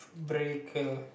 breaker